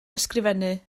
ysgrifennu